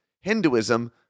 Hinduism